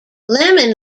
lemon